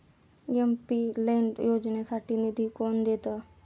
MP LAD योजनेसाठी निधी कोण देतं?